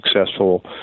successful